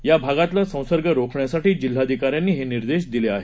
या भागातला संसर्ग रोखण्यासाठी मुख्य सचिवांनी हे निर्देश दिले आहेत